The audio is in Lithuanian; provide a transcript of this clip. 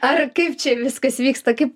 ar kaip čia viskas vyksta kaip